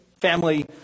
family